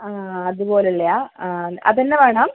ആ അതുപോലെയുള്ളതാണോ ആ അതുതന്നെ വേണോ